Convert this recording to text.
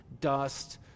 dust